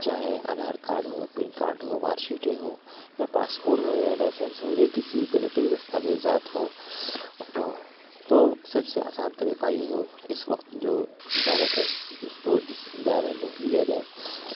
چاہے آدھار کارڈ ہو PAN card ہو مارکشیٹیں ہوں یا پاس پورٹ ہو یا لائسنس ہوں یا کسی طریقے کے دستاویزات ہوں تو سب سے آسان طریقہ یہ ہوگا اس وقت جو زیادہ تر اس کو جس دائرے میں لیا جائے